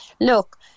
Look